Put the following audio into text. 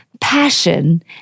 passion